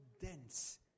dense